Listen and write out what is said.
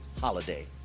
holiday